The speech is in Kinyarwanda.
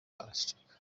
araceceka